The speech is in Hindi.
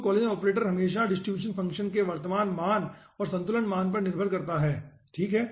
तो कोलेजन ऑपरेटर हमेशा डिस्ट्रीब्यूशन फ़ंक्शन के वर्तमान मान और संतुलन मान पर निर्भर करता है ठीक है